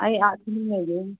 ꯑꯩ ꯑꯥ ꯊꯤꯅꯨꯡꯒꯩꯗꯒꯤꯅꯤ